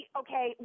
okay